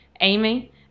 Amy